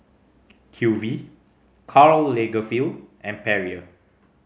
Q V Karl Lagerfeld and Perrier